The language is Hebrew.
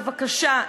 בבקשה,